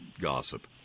gossip